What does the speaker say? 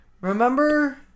Remember